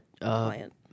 client